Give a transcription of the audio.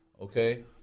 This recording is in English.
Okay